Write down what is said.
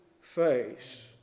face